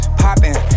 popping